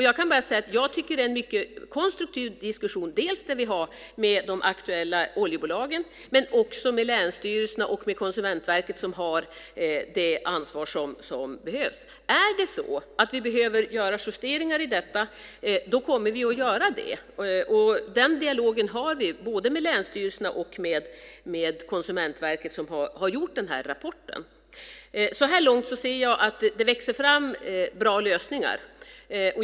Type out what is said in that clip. Jag kan bara säga att jag tycker att det är en mycket konstruktiv diskussion som vi har med de aktuella oljebolagen men också med länsstyrelserna och med Konsumentverket som har det ansvar som behövs. Är det så att vi behöver göra justeringar i detta kommer vi att göra det. Den dialogen har vi både med länsstyrelserna och med Konsumentverket som har gjort den här rapporten. Så här långt ser jag att det växer fram bra lösningar.